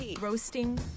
roasting